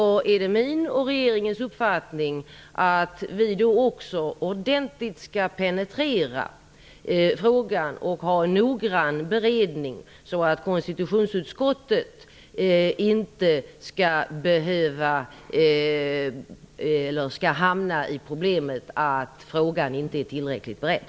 Därför är det min och regeringens uppfattning att vi då ordentligt skall penetrera frågan och ha en noggrann beredning, så att konstitutionsutskottet inte skall råka ut för problemet att frågan inte är tillräckligt beredd.